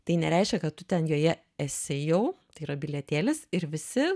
tai nereiškia kad tu ten joje esi jau tai yra bilietėlis ir visi